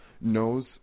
knows